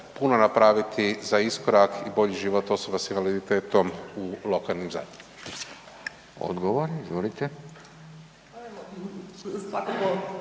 puno napraviti za iskorak i bolji život osoba s invaliditetom u lokalnim zajednicama. **Radin, Furio